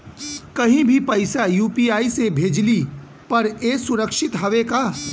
कहि भी पैसा यू.पी.आई से भेजली पर ए सुरक्षित हवे का?